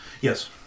Yes